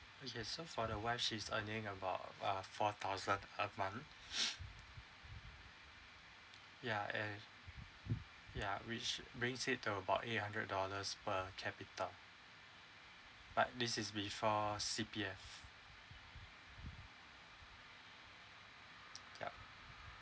okay so for the wife she is earning about err four thousand a month ya and ya which brings it to about eight hundred dollars per capita but this is before C_P_F yup